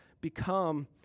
become